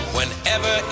Whenever